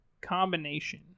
combination